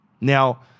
Now